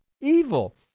evil